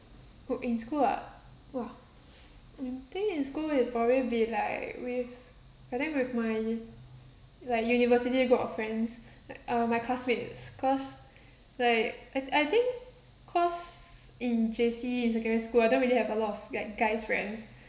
oh in school ah !wah! I think in school it probably be like with I think with my like university group of friends uh my classmates cause like I I think cause in J_C in secondary school I don't really have a lot of like guys friends